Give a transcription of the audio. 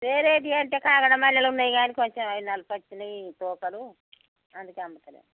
వేరేటివి అంటే కాగడ మల్లెలు ఉన్నాయి కానీ కొంచెం అవి నలుపు వచ్చిన్నాయి తోకలు అందుకని అమ్ముతలేదు